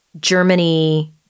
Germany